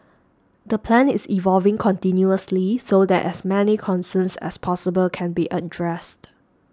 the plan is evolving continuously so that as many concerns as possible can be addressed